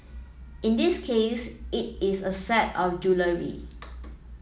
in this case it is a set of jewellery